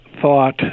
thought